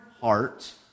heart